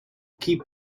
keep